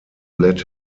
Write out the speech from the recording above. let